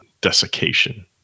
desiccation